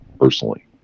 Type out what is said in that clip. Personally